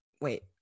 wait